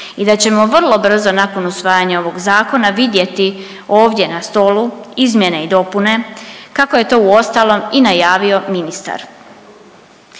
i da ćemo vrlo brzo nakon usvajanja ovog Zakona vidjeti ovdje na stolu izmjene i dopune, kako je to uostalom, i najavio ministar.